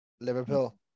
Liverpool